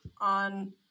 on